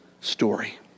story